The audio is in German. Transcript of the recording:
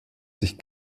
sich